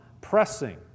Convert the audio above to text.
pressing